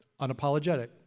unapologetic